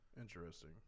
Interesting